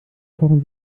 kochen